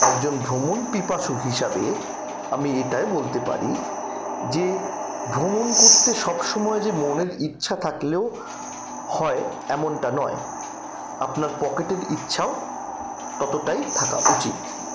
একজন ভ্রমণ পিপাসু হিসাবে আমি এটাই বলতে পারি যে ভ্রমণ করতে সবসময় যে মনের ইচ্ছা থাকলেও হয় এমনটা নয় আপনার পকেটের ইচ্ছাও ততোটাই থাকা উচিত